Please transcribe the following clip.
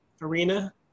arena